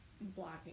blocking